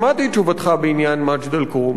שמעתי את תשובתך בעניין מג'ד-אל-כרום,